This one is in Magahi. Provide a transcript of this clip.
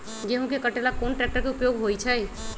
गेंहू के कटे ला कोंन ट्रेक्टर के उपयोग होइ छई?